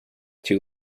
two